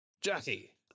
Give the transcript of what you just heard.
Jackie